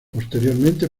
posteriormente